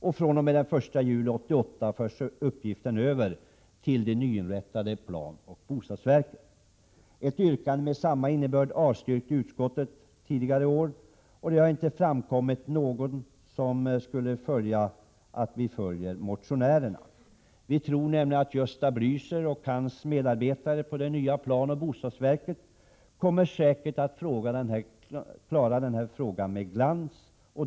Den 1 juli 1988 förs uppgiften över till det nyinrättade planoch bostadsverket. Ett yrkande med samma innebörd avstyrktes av utskottet tidigare. Det har inte framkommit något som gjort det motiverat att stödja motionärerna. Vi tror nämligen att Gösta Blächer och hans medarbetare i det nya planoch bostadsverket kommer att klara problemen med glans.